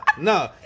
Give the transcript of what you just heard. no